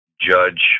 judge